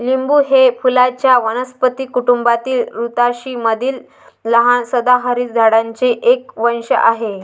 लिंबू हे फुलांच्या वनस्पती कुटुंबातील रुतासी मधील लहान सदाहरित झाडांचे एक वंश आहे